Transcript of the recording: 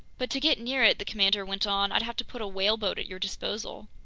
but to get near it, the commander went on, i'd have to put a whaleboat at your disposal?